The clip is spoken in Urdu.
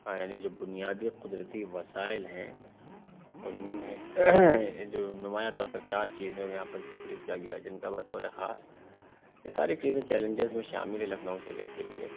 یعنی جو بنیادی قدرتی وسائل ہیں اُن میں جو نمایاں طور پر چار چیزوں کا یہاں پر ذکر کیا گیا جن کا بطورِ خاص یہ ساری چیزیں چیلنجز میں شامل ہیں لکھنؤ ضلع کے لئے